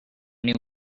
new